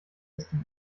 festem